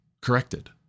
corrected